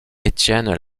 étienne